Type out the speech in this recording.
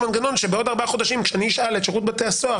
שבעוד ארבעה חודשים כשאני אשאל את שירות בתי הסוהר